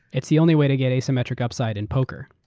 it's the only way to get asymmetric upside in poker.